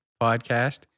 podcast